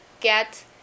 get